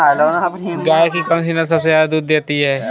गाय की कौनसी नस्ल सबसे ज्यादा दूध देती है?